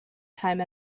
time